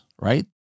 right